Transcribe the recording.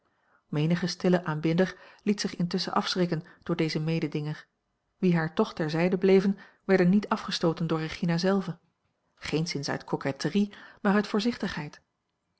menig stille aanbidder liet zich intusschen afschrikken door dezen mededinger wie haar toch ter zijde bleven werden niet afgea l g bosboom-toussaint langs een omweg stooten door regina zelve geenszins uit coquetterie maar uit voorzichtigheid